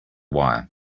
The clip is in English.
wire